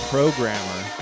Programmer